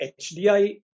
HDI